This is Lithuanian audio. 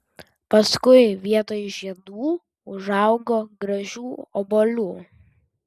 paskui vietoj žiedų užaugo gražių obuolių